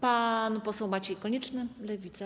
Pan poseł Maciej Konieczny, Lewica.